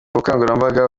bukangurambaga